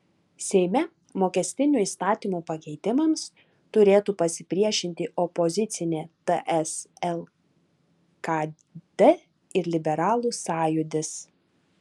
seime mokestinių įstatymų pakeitimams turėtų pasipriešinti opozicinė ts lkd ir liberalų sąjūdis